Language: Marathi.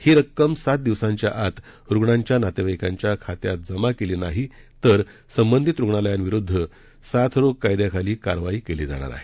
ही रक्कम सात दिवसांच्या आत रुग्णांच्या नातेवाईकांच्या खात्यात जमा केली नाही तर संबंधित रुग्णालयांविरुद्ध साथ रोग करायद्याखाली कारवाई केली जाणार आहे